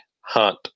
hunt